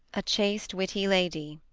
a chaste witty lady,